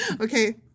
Okay